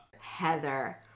Heather